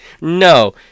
No